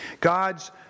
God's